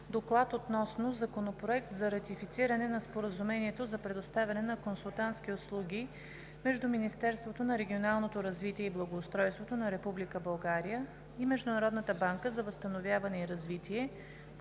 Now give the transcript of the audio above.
гласуване Законопроект за ратифициране на Споразумението за предоставяне на консултантски услуги между Министерството на регионалното развитие и благоустройството на Република България и Международната банка за възстановяване и развитие,